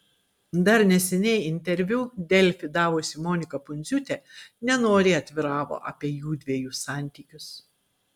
dar neseniai interviu delfi davusi monika pundziūtė nenoriai atviravo apie jųdviejų santykius